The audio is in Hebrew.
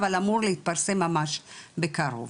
אבל אמור להתפרסם ממש בקרוב.